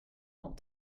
want